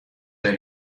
داری